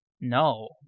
No